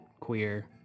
queer